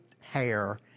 hair